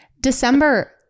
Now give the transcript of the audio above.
december